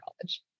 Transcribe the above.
college